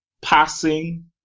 passing